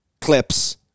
clips